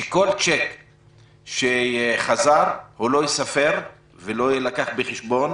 שכל צ'ק שחזר, הוא לא ייספר ולא יילקח בחשבון,